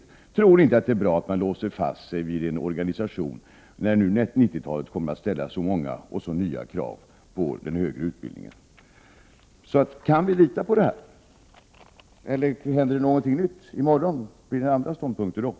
Vi tror inte att det är bra att man låser fast sig vid en organisation när det på 90-talet kommer att ställas många och nya krav på den högre utbildningen. Kan vi lita på detta, eller kommer regeringen att inta en annan ståndpunkt om det händer något nytt i morgon?